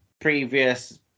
previous